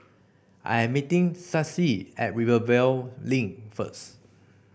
I'm meeting Stacie at Rivervale Link first